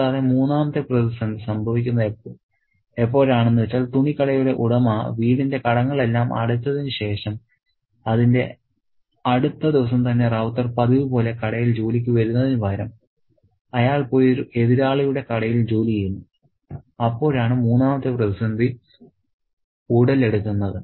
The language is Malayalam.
കൂടാതെ മൂന്നാമത്തെ പ്രതിസന്ധി സംഭവിക്കുന്നത് എപ്പോഴാണെന്നുവെച്ചാൽ തുണികടയുടെ ഉടമ വീടിന്റെ കടങ്ങൾ എല്ലാം അടച്ചതിനുശേഷം അതിന്റെ അടുത്ത ദിവസം തന്നെ റൌത്തർ പതിവ് പോലെ കടയിൽ ജോലിക്ക് വരുന്നതിനുപകരം അയാൾ പോയി ഒരു എതിരാളിയുടെ കടയിൽ ജോലി ചെയ്യുന്നു അപ്പോഴാണ് മൂന്നാമത്തെ പ്രതിസന്ധി ഉടലെടുക്കുന്നത്